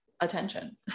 attention